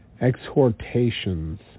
Exhortations